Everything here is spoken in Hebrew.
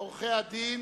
עורכי-הדין